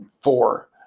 four